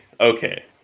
Okay